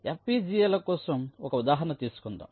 FPGA ల కోసం ఒక ఉదాహరణ తీసుకుందాం